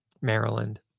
Maryland